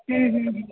ह्म् ह्म््